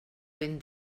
ben